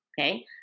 okay